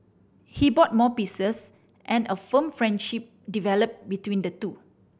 he bought more pieces and a firm friendship developed between the two